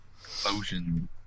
Explosion